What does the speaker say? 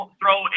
throw